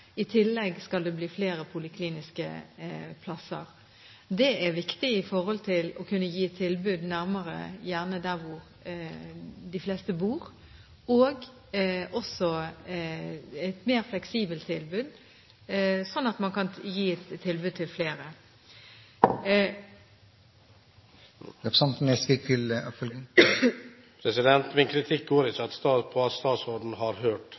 I tillegg skal det bli flere polikliniske plasser. Det er viktig for å kunne gi tilbud nærmere der hvor de fleste bor, og også et mer fleksibelt tilbud, sånn at man kan gi tilbud til flere. Min kritikk går ikke på at statsråden har hørt på helseforetaket. Min kritikk går på at statsråden utelukkende har hørt